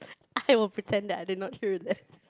I will pretend that I did not hear that